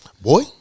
Boy